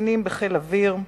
קצינים בחיל האוויר,